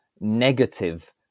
negative